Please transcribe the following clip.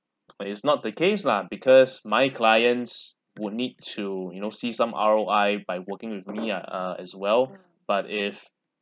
but is not the case lah because my clients would need to you know see some R_O_I by working with me ah uh as well but if